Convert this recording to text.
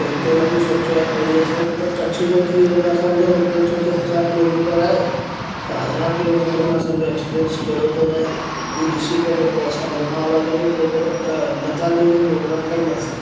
त हुते लाइ बि सोचो आहे पहिरीं असां ब कच्छ जो थी वञे असांजो हुते छोकी हज़ारु किलोमीटर आहे त हज़ारु किलोमीटर में असांजो एक्स्पीरियंस कहिड़ो थो रहे हूअ ॾिसी करे पऐ असां लोनावला जो बि प्रोग्राम लद्दाख़ जो बि प्रोग्राम ठाहींदासीं